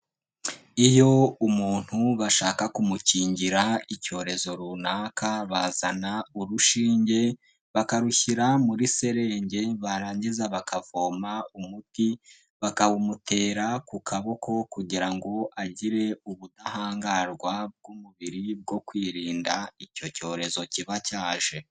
Iyo umuntu bashaka kumukingira icyorezo runaka, bazana urushinge bakarushyira muri serenge, barangiza bakavoma umuti, bakawumutera ku kaboko kugira ngo agire ubudahangarwa bw'umubiri bwo kwirinda icyo cyorezo kiba cyaje.